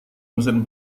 mesin